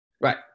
right